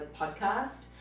podcast